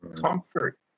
comfort